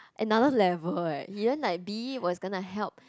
another level eh B was gonna help